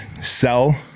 sell